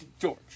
George